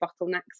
bottlenecks